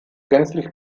gänzlich